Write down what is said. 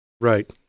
Right